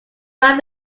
not